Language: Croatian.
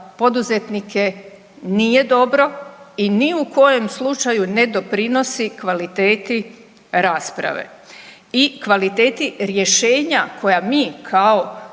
poduzetnike nije dobro i ni u kojem slučaju ne doprinosi kvaliteti rasprave i kvaliteti rješenja koja mi kao